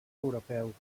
europeu